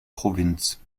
provinz